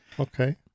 Okay